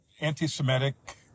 anti-Semitic